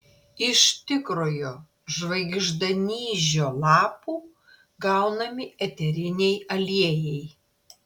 iš tikrojo žvaigždanyžio lapų gaunami eteriniai aliejai